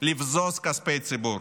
לבזוז כספי ציבור.